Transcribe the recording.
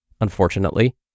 Unfortunately